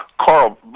Carl